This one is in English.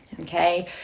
okay